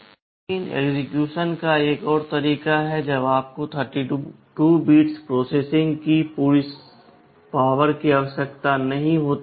लेकिन एक्सेक्यूशन का एक और तरीका है जब आपको 32 बिट प्रोसेसिंग की पूरी शक्ति की आवश्यकता नहीं होती है